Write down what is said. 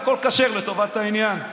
והכול כשר לטובת העניין.